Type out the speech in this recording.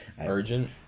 Urgent